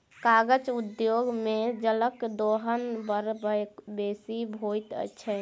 कागज उद्योग मे जलक दोहन बड़ बेसी होइत छै